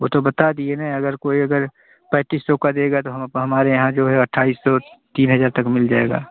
वह तो बता दिए ना अगर कोई अगर पैंतीस सौ का देगा तो हम आप हमारे यहाँ जो है अट्ठाईस सौ तीन हज़ार तक का मिल जाएगा